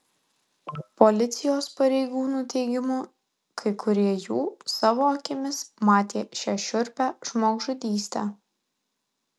policijos pareigūnų teigimu kai kurie jų savo akimis matė šią šiurpią žmogžudystę